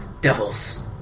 devils